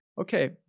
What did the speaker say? Okay